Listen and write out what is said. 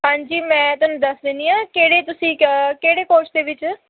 ਹਾਂਜੀ ਮੈਂ ਤੁਹਾਨੂੰ ਦੱਸ ਦਿੰਦੀ ਹਾਂ ਕਿਹੜੇ ਤੁਸੀਂ ਕ ਕਿਹੜੇ ਕੋਰਸ ਦੇ ਵਿੱਚ